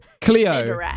Cleo